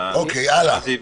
במה זה יפגע?